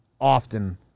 often